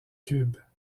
cubes